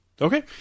Okay